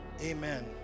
amen